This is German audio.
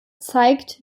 zeigt